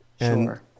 Sure